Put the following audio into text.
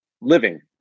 living